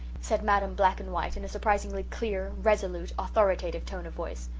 said madam black-and-white in a surprisingly clear, resolute, authoritative tone of voice.